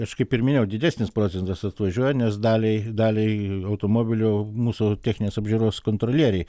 aš kaip ir minėjau didesnis procentas atvažiuoja nes daliai daliai automobilių mūsų techninės apžiūros kontrolieriai